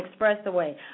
expressway